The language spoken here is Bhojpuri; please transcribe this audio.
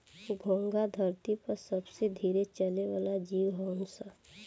घोंघा धरती पर सबसे धीरे चले वाला जीव हऊन सन